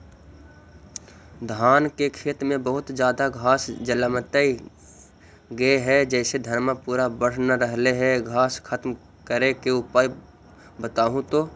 धान के खेत में बहुत ज्यादा घास जलमतइ गेले हे जेसे धनबा पुरा बढ़ न रहले हे घास खत्म करें के उपाय बताहु तो?